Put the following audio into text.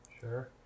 sure